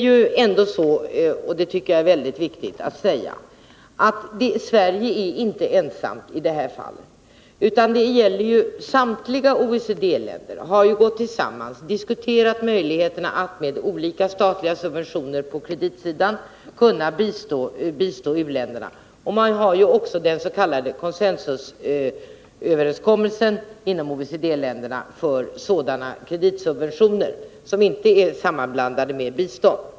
Jag tycker det är viktigt att säga att Sverige inte är ensamt i det här fallet. Samtliga OECD-länder har gått samman och diskuterat möjligheterna att med olika statliga subventioner på kreditsidan kunna bistå u-länderna. Man har också den s.k. consensus-överenskommelsen inom OECD-länderna för sådana kreditsubventioner som inte är sammanblandade med bistånd.